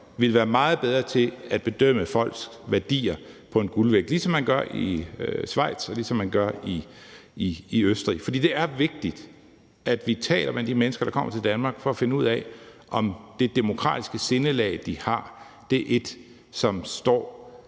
ville være meget bedre i forhold til at bedømme folks værdier og veje dem på en guldvægt, ligesom man gør i Schweiz, og ligesom man gør i Østrig. For det er vigtigt, at vi taler med de mennesker, der kommer til Danmark, for at finde ud af, om det demokratiske sindelag, de har, er et, som står